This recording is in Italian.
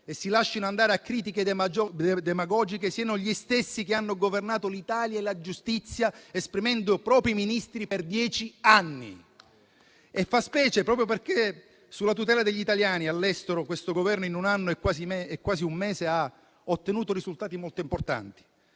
e si lasciano andare a critiche demagogiche, siano gli stessi che hanno governato l'Italia e la giustizia esprimendo propri Ministri per dieci anni. Fa specie proprio perché sulla tutela degli italiani all'estero questo Governo, in un anno e quasi un mese, ha ottenuto risultati molto importanti: